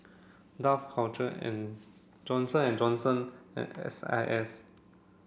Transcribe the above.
Dough Culture and Johnson and Johnson and S I S